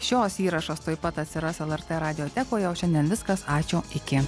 šios įrašas tuoj pat atsiras lrt radiotekoje o šiandien viskas ačiū iki